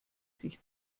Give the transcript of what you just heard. sich